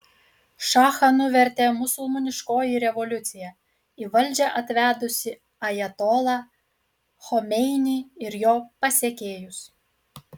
šachą nuvertė musulmoniškoji revoliucija į valdžią atvedusi ajatolą chomeinį ir jo pasekėjus